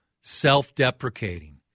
self-deprecating